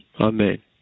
Amen